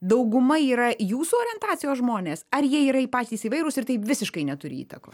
dauguma yra jūsų orientacijos žmonės ar jie yra ir patys įvairūs ir tai visiškai neturi įtakos